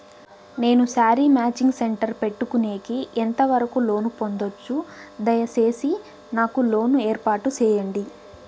నేను sari matching centre పెట్టుకునేకి ఎంత వరకు లోను పొందొచ్చు? దయసేసి నాకు లోను ఏర్పాటు సేయండి?